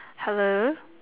hello